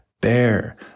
bear